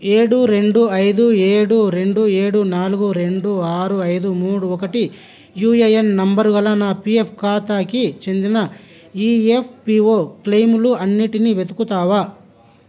ఏడు రెండు ఐదు ఏడు రెండు ఏడు నాలుగు రెండు ఆరు ఐదు మూడు ఒకటి యూఏఎన్ నంబరు గల నా పీఎఫ్ ఖాతాకి చెందిన ఈఎఫ్పిఒ క్లెయిములు అన్నిటినీ వెతుకుతావా